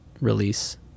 release